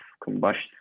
combustion